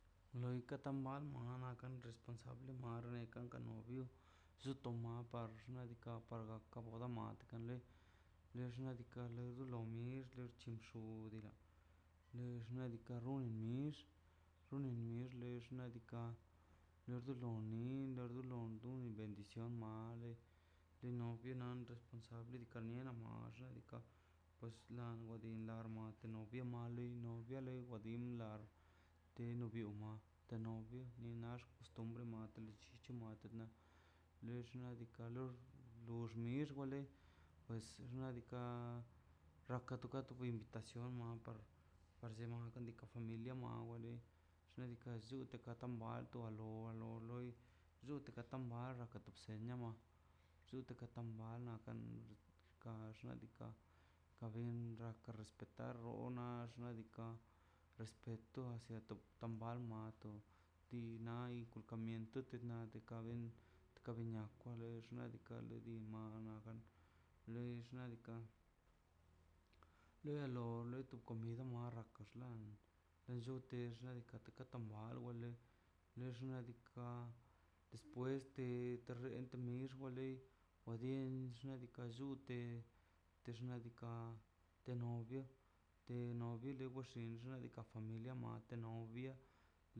Loi teka mamba responsable marle kanka novio lluto ma ka to boda mat kanle le xnaꞌ diikaꞌ lo mix xexchin xudila le xnaꞌ diikaꞌ runi nix xone nix niadika wado lo ni do lo duni bendición made tu nion responsable diikaꞌ pues lango dirmua novio mali wa lei wa din la te vio maw te novio tina tex nadika porx mix wali pues nadika raka toka invitación nam par paranlle unika familia xnaꞌ diikaꞌ nllute katon bwalo bwalo loi chute katar ara katumse niamo tekambal ka xnaꞌ diikaꞌ nga respetar onax xnaꞌ diikaꞌ respeto hacia tu palmato tu na mienti to kabe kabina kwa lox nadika lodi mane les nadika lelo lei tu komida narro aka xla nanllutex kata ka tamal wa le le xnaꞌ diikaꞌ despues de temir te mixo wa lei ma dien xnaꞌ diikaꞌ llute te xnaꞌ diika te novie te novie lo waxie nxe toka familia mad te novia.